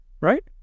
right